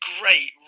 great